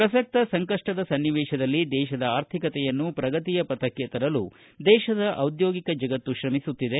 ಪ್ರಸಕ್ತ ಸಂಕಪ್ಟದ ಸನ್ನಿವೇತದಲ್ಲಿ ದೇತದ ಆರ್ಥಿಕತೆಯನ್ನು ಪ್ರಗತಿಯ ಪಥಕ್ಕೆ ತರಲು ದೇತದ ದಿದ್ಯೋಗಿಕ ಜಗತ್ತು ತ್ರಮಿಸುತ್ತಿದೆ